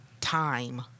time